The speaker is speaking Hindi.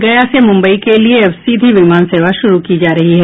गया से मुम्बई के लिये अब सीधी विमान सेवा शुरू की जा रही है